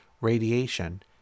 radiation